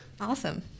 Awesome